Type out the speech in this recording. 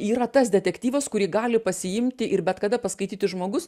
yra tas detektyvas kurį gali pasiimti ir bet kada paskaityti žmogus